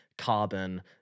carbon